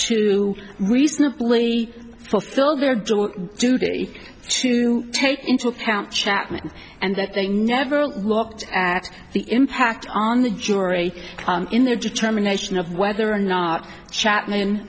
to reasonably fulfill their duty to take into account chapman and that they never looked at the impact on the jury in their determination of whether or not chapman